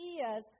ideas